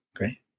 Okay